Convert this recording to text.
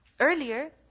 Earlier